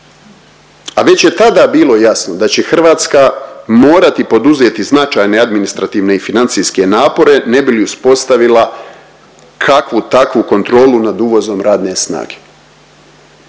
a već je tada bilo jasno da će Hrvatska morati poduzeti značajne administrativne i financijske napore ne bi li uspostavila kakvu takvu kontrolu nad uvozom radne snage.